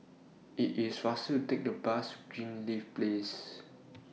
IS IT faster to Take The Bus to Greenleaf Place